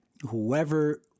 whoever